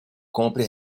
compre